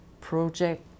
project